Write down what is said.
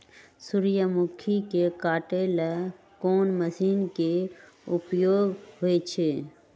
सूर्यमुखी के काटे ला कोंन मशीन के उपयोग होई छइ?